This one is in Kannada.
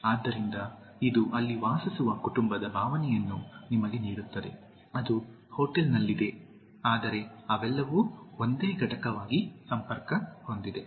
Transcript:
ಆದ್ದರಿಂದ ಇದು ಅಲ್ಲಿ ವಾಸಿಸುವ ಕುಟುಂಬದ ಭಾವನೆಯನ್ನು ನಿಮಗೆ ನೀಡುತ್ತದೆ ಅದು ಹೋಟೆಲ್ನಲ್ಲಿದೆ ಆದರೆ ಅವೆಲ್ಲವೂ ಒಂದೇ ಘಟಕವಾಗಿ ಸಂಪರ್ಕ ಹೊಂದಿವೆ